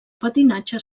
patinatge